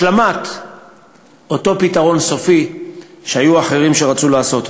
השלמת אותו פתרון סופי שהיו אחרים שרצו לעשות.